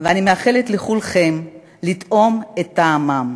ואני מאחלת לכולכם לטעום את טעמם.